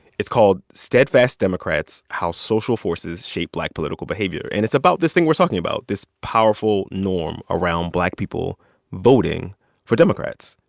it's called steadfast democrats how social forces shape black political behavior. and it's about this thing we're talking about this powerful norm around black people voting for democrats.